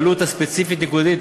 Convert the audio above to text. תעלו אותה ספציפית נקודתית,